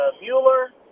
Mueller